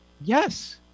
Yes